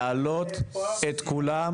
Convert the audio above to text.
להעלות את כולם.